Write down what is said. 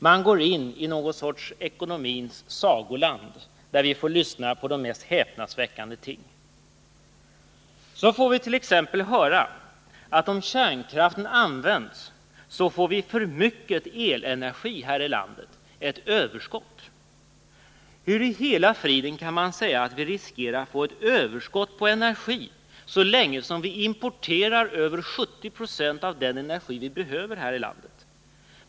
Man går in i någon sorts ekonomins sagoland, där vi får lyssna till de mest häpnadsväckande ting. Så får vit.ex. höra att om kärnkraften används får vi för mycket elenergi här ilandet— ett överskott. Hur i hela friden kan man säga att vi riskerar att få ett överskott på energi så länge vi importerar över 70 96 av den energi som vi behöver här i landet?